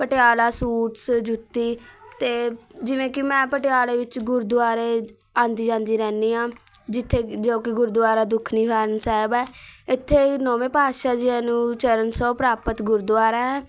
Patiala suits ਜੁੱਤੀ ਅਤੇ ਜਿਵੇਂ ਕਿ ਮੈਂ ਪਟਿਆਲੇ ਵਿੱਚ ਗੁਰਦੁਆਰੇ ਆਉਂਦੀ ਜਾਂਦੀ ਰਹਿੰਦੀ ਹਾਂ ਜਿੱਥੇ ਜੋ ਕਿ ਗੁਰਦੁਆਰਾ ਦੂਖਨਿਵਾਰਨ ਸਾਹਿਬ ਹੈ ਇੱਥੇ ਨੌਵੇਂ ਪਾਤਸ਼ਾਹ ਜੀਆਂ ਨੂੰ ਚਰਨ ਛੋਹ ਪ੍ਰਾਪਤ ਗੁਰਦੁਆਰਾ ਹੈ